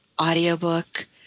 audiobook